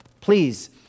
please